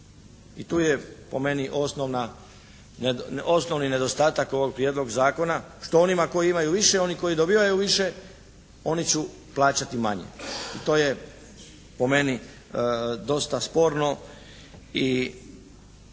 i tu je po meni osnovni nedostatak ovog Prijedloga zakona što onima koji imaju više, oni koji dobivaju više oni će plaćati manje i to je po meni dosta sporno i